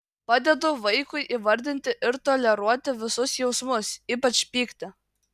padedu vaikui įvardinti ir toleruoti visus jausmus ypač pyktį